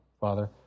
Father